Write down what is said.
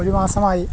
ഒരു മാസമായി